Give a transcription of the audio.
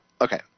Okay